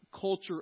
culture